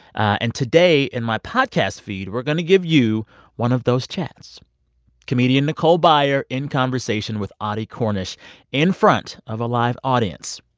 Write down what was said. and today in my podcast feed, we're going to give you one of those chats comedian nicole byer in conversation with audie cornish in front of a live audience